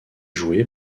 joué